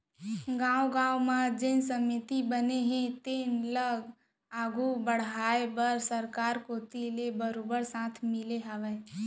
गाँव गाँव म जेन समिति बने हे तेन ल आघू बड़हाय बर सरकार कोती ले बरोबर साथ मिलत हावय